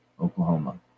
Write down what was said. Oklahoma